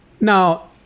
Now